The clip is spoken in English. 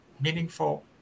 meaningful